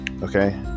Okay